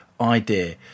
idea